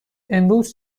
امروز